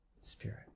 Spirit